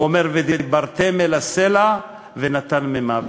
הוא אומר: "ודברתם אל הסלע, ונתן מימיו".